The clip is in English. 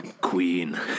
queen